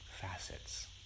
facets